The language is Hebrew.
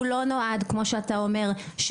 הוא לא נועד כמו שאתה אומר,